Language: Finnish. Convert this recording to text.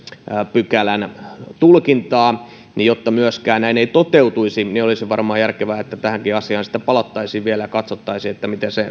pykälän tulkintaa ja jotta tämä ei myöskään toteutuisi niin olisi varmaan järkevää että tähänkin asiaan sitten palattaisiin vielä ja katsottaisiin miten se